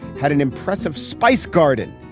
had an impressive spice garden.